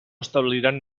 establiran